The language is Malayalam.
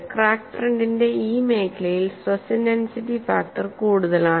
ക്രാക്ക് ഫ്രണ്ടിന്റെ ഈ മേഖലയിൽ സ്ട്രെസ് ഇന്റൻസിറ്റി ഫാക്ടർ കൂടുതലാണ്